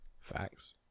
Facts